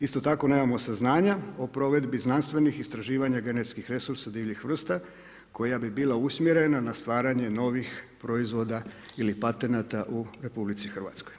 Isto tako nemamo saznanja o provedbi znanstvenih istraživanja genetskih resursa divljih vrsta koja bi bila usmjerena na stvaranje novih proizvoda ili patenata u RH.